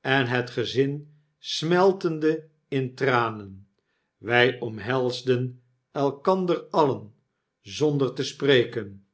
en het gezin smeltende in tranen wy omhelsden elkander alien zonder te spreken